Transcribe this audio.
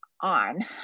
on